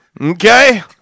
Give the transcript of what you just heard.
Okay